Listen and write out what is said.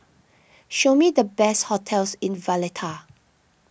show me the best hotels in Valletta